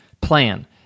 Plan